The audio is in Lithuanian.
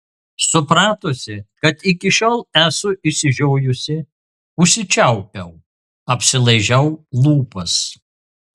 supratusi kad iki šiol esu išsižiojusi užsičiaupiau apsilaižiau lūpas